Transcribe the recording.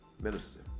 minister